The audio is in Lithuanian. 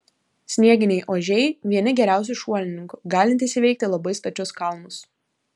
snieginiai ožiai vieni geriausių šuolininkų galintys įveikti labai stačius kalnus